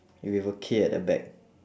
with a K at the back